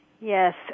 Yes